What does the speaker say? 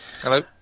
Hello